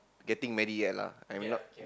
getting married yet lah I'm not